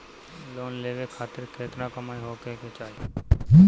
Loan लेवे खातिर केतना कमाई होखे के चाही?